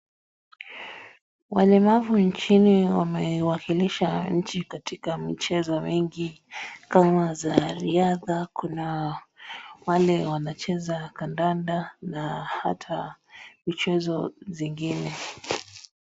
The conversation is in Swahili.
Walemavu nchini wamewakilisha nchi katika michezo mingi kama za riadha kuna wale wanacheza kandanda na hata michezo zingine.